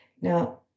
Now